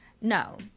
no